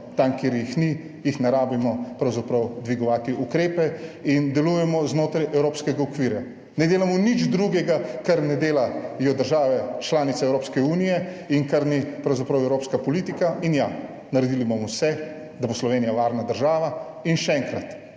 tam kjer jih ni, jih ne rabimo pravzaprav dvigovati ukrepe in delujemo znotraj evropskega okvirja. Ne delamo nič drugega, kar ne dela jo države članice Evropske unije in kar ni pravzaprav evropska politika in ja, naredili bomo vse, da bo Slovenija varna država in še enkrat